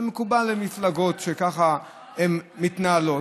זה מקובל במפלגות שככה הן מתנהלות,